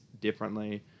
differently